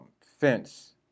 fence